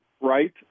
right